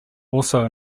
also